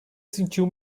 sentiu